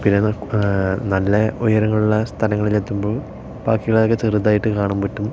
പിന്നെന്താണ് നല്ല ഉയരങ്ങളുള്ള സ്ഥലങ്ങളില് എത്തുമ്പോൾ ബാക്കിയുള്ളതൊക്കെ ചെറുതായിട്ട് കാണാന് പറ്റും